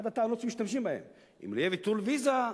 אחת הטענות שמשתמשים בהן: אם יהיה ביטול ויזה,